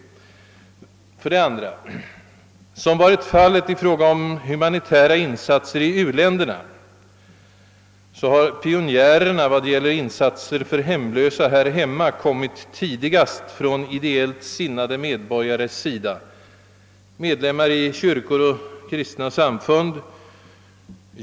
För det andra. Såsom varit fallet i fråga om humanitära insatser till u-länderna har pionjärerna vad beträffar in satser för hemlösa här hemma kommit tidigast från ideellt sinnade medborgares sida, medlemmar i kyrkor och kristna samfund.